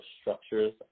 structures